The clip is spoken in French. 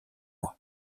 mois